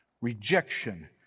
rejection